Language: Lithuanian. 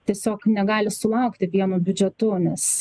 tiesiog negali sulaukti vienu biudžetu nes